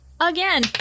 again